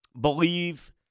believe